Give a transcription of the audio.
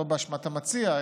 לא באשמת המציע,